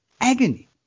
agony